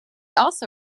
also